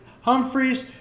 Humphreys